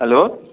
hello